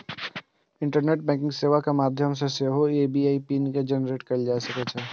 internet banking सेवा के माध्यम सं सेहो आई.बी.ए.एन जेनरेट कैल जा सकै छै